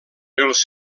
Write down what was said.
els